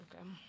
Okay